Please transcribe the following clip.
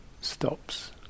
stops